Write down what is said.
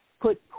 put